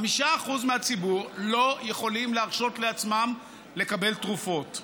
5% מהציבור לא יכולים להרשות לעצמם לקבל תרופות.